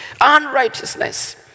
unrighteousness